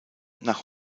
nach